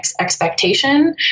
expectation